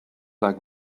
like